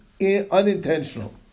unintentional